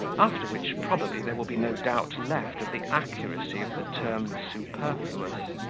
after which probably there will be no doubt left of the accuracy of the term superfluous.